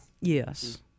Yes